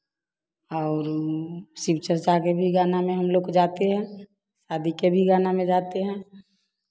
और शिवचर्चा के भी गाना में हम लोग को जाते हैं शादी के भी गाना में जाते हैं